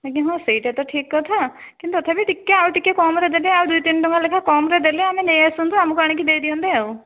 ଆଜ୍ଞା ହଁ ସେଇଟା ତ ଠିକ୍ କଥା କିନ୍ତୁ ତଥାପି ଟିକିଏ ଆଉ ଟିକିଏ କମ୍ ରେ ଦେବେ ଆଉ ଦୁଇ ତିନି ଟଙ୍କା ଲେଖା କମ୍ ରେ ଦେଲେ ଆମେ ନେଇ ଆସନ୍ତୁ ଆମକୁ ଆଣି ଦେଇ ଦିଅନ୍ତେ ଆଉ